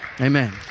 Amen